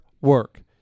work